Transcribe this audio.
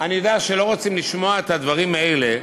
אני יודע שלא רוצים לשמוע את הדברים האלה,